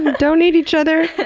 and don't eat each other!